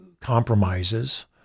compromises